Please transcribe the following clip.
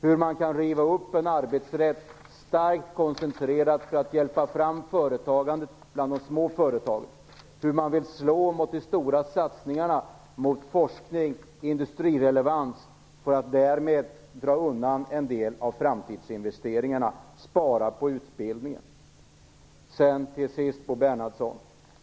Hur kan man riva upp en arbetsrätt som är starkt koncentrerad för att hjälpa fram företagandet bland de små företagen? Man vill slå mot de stora satsningarna för forskning och industrirelevans för att därmed dra undan en del av framtidsinvesteringarna och spara på utbildningen.